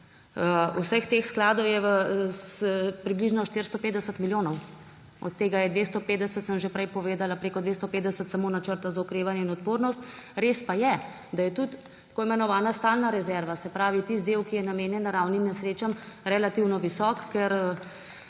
Vseh teh skladov je približno 450 milijonov, od tega je 250, sem že prej povedala, prek 250 samo Načrta za okrevanje in odpornost. Res pa je, da je tudi tako imenovana stalna rezerva, se pravi tisti del, ki je namenjen naravnim nesrečam, relativno visok, ker